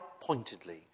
pointedly